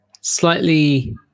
slightly